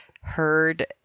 heard